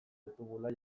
ditugula